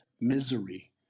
misery